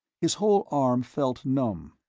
his whole arm felt numb,